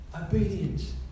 Obedience